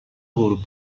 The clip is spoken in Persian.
غروب